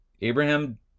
Abraham